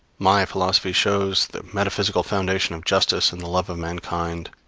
my philosophy shows the metaphysical foundation of justice and the love of mankind,